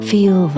Feel